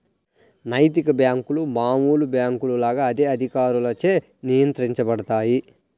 నైతిక బ్యేంకులు మామూలు బ్యేంకుల లాగా అదే అధికారులచే నియంత్రించబడతాయి